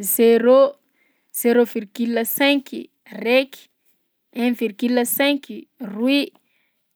Zéro, zéro virgule cinq, raiky, un virgule cinq, roy,